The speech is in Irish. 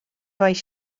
bheidh